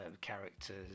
characters